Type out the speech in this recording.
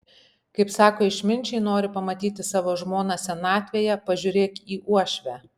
kaip sako išminčiai nori pamatyti savo žmoną senatvėje pažiūrėk į uošvę